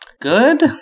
good